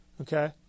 Okay